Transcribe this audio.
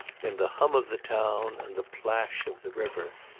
in the hum of the town and the plash of the river.